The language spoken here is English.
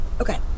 Okay